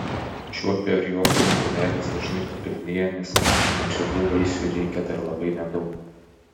šiuo periodu kumelės dažnai papilnėja nes maisto medžiagų vaisiui reikia dar labai nedaug